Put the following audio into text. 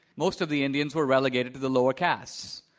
most of the indians were relegated to the lower caste.